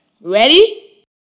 Ready